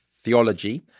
theology